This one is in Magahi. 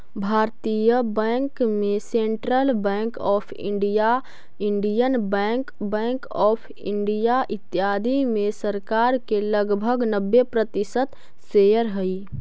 भारतीय बैंक में central bank of India, Indian bank, bank of India, इत्यादि में सरकार के लगभग नब्बे प्रतिशत शेयर हइ